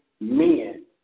Men